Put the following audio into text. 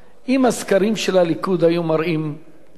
אם הסקרים של הליכוד היו מראים למטה,